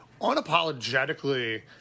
unapologetically